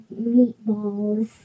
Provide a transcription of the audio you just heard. meatballs